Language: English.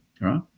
right